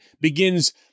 begins